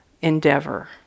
endeavor